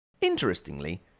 Interestingly